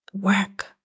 work